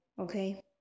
okay